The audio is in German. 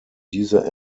diese